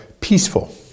peaceful